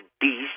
beast